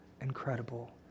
incredible